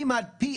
חברים, בבקשה.